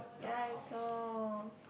ya I saw